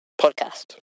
Podcast